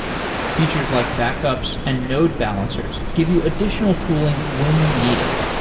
features like backups and node balancers give you additional tooling when you need it.